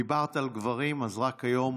דיברת על גברים, אז רק היום